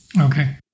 Okay